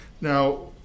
Now